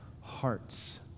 hearts